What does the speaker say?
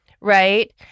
Right